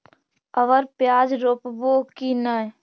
अबर प्याज रोप्बो की नय?